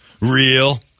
real